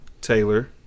Taylor